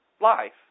life